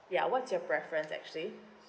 ya what's your preference actually